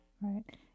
right